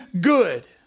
good